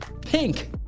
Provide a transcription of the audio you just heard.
pink